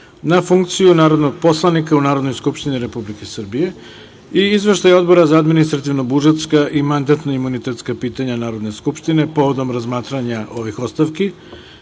na funkciju narodnog poslanika u Narodnoj skupštini Republike Srbije i izveštaje Odbora za administrativno-budžetska i mandatno-imunitetska pitanja Narodne skupštine povodom razmatranja ovih ostavki,